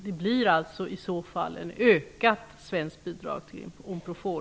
Det innebär ett ökat svenskt bidrag till Unprofor.